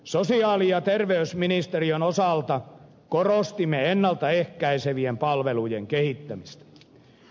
sosiaali ja terveysministeriön osalta korostimme ennalta ehkäisevien palvelujen kehittämistä